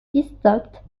distinctes